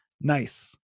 Nice